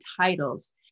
titles